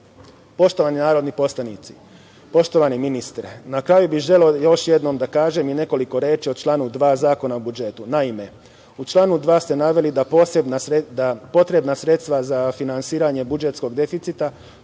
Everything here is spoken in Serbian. Bečeja. Poštovani narodni poslanici, poštovani ministre, na kraju bih želeo još jednom da kažem i nekoliko reči o članu 2. Zakona o budžetu. Naime, u članu 2. ste naveli da potrebna sredstva za finansiranje budžetskog deficita